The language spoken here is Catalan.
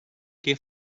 què